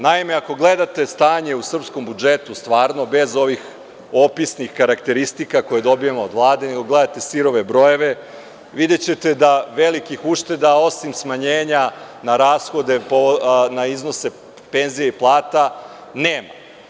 Naime, ako gledate stanje u srpskom budžetu stvarno, bez ovih opisnih karakteristika koje dobijamo od Vlade, nego gledate sirove brojeve, videćete da velikih ušteda, osim smanjenja na iznose penzija i plata, nema.